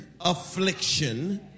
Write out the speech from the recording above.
affliction